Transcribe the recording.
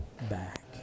back